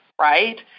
right